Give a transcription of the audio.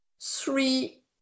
three